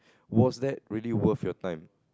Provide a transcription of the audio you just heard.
was that really worth your time